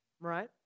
right